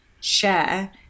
share